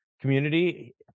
community